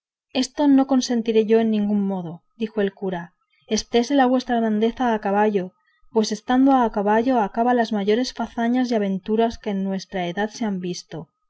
eso no consentiré yo en ningún modo dijo el cura estése la vuestra grandeza a caballo pues estando a caballo acaba las mayores fazañas y aventuras que en nuestra edad se han visto